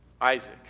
Isaac